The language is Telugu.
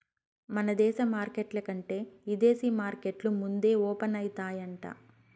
మన దేశ మార్కెట్ల కంటే ఇదేశీ మార్కెట్లు ముందే ఓపనయితాయంట